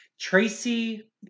Tracy